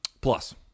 Plus